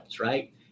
right